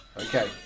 Okay